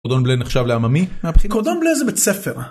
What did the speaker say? קורדון בלה נחשב לעממי מהבחינה. קורדון בלה זה בית ספר.